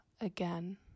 again